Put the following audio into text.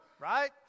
right